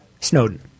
Snowden